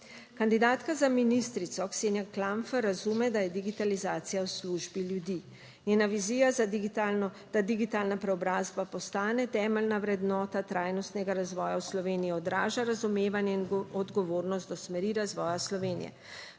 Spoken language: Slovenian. Kandidatka za ministrico Ksenija Klampfer razume, da je digitalizacija v službi ljudi, njena vizija za digitalno, da digitalna preobrazba postane temeljna vrednota trajnostnega razvoja v Sloveniji, odraža razumevanje in odgovornost do smeri razvoja Slovenije.